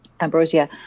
ambrosia